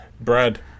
brad